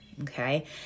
Okay